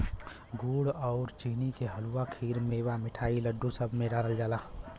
गुड़ आउर चीनी के हलुआ, खीर, मेवा, मिठाई, लड्डू, सब में डालल जाला